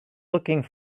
looking